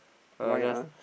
uh just